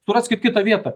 suraskit kitą vietą